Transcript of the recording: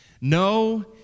No